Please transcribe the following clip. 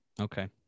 Okay